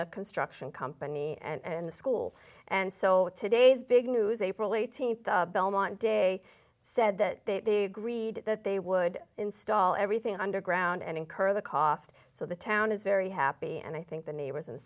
the construction company and the school and so today's big news april eighteenth belmont day said that the greed that they would install everything underground and incur the cost so the town is very happy and i think the neighbors